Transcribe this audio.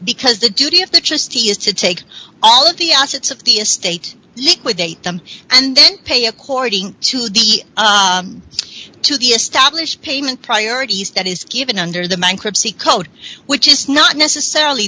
because the duty of the christie is to take all of the assets of the estate liquidate them and then pay according to the to the established payment priorities that is given under the man crip c code which is not necessarily